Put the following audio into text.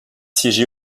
siégé